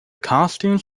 costumes